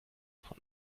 von